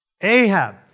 Ahab